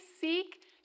seek